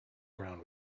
ground